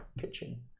kitchen